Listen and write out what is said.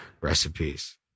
recipes